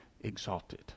exalted